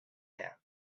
have